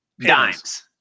Dimes